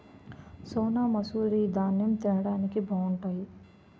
సోనామసూరి దాన్నెం తిండానికి బావుంటాయి